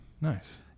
Nice